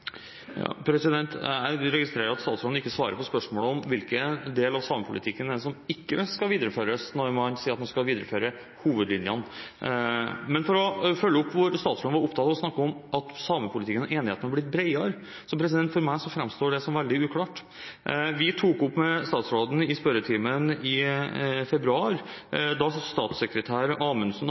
Jeg registrerer at statsråden ikke svarer på spørsmålet om hvilken del av samepolitikken som ikke skal videreføres, når man sier at man skal videreføre «hovedlinjene». Men for å følge opp: Statsråden snakket om at samepolitikken og enigheten er blitt bredere, men for meg framstår det som veldig uklart. Da statssekretær Amundsen i et intervju hadde gitt uttrykk for sine personlige meninger, tok vi opp dette med statsråden i spørretimen i februar.